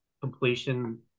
completion